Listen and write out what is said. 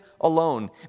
alone